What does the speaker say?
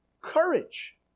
courage